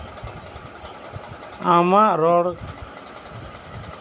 ᱟᱢᱟᱜ ᱨᱚᱲ